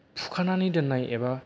फुखानानै दोननाय एबा